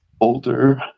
older